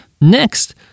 Next